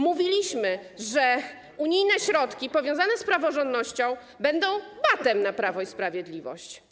Mówiliśmy, że unijne środki powiązane z praworządnością będą batem na Prawo i Sprawiedliwość.